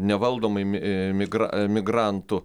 nevaldomai mi migra migrantų